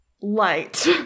light